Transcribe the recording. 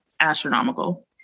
astronomical